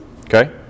okay